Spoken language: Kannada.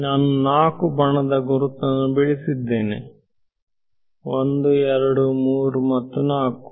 ನಾನು 4 ಬಾಣದ ಗುರುತನ್ನು ಬಿಡಿಸಿದ್ದೇನೆ 1 2 3 ಮತ್ತು 4